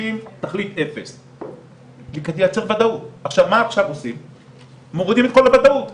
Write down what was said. בבקשה אני מבקשת לסגור לעורך דין טל את המיקרופון